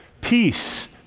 Peace